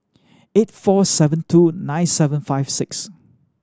eight four seven two nine seven five six